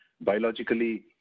biologically